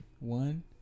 One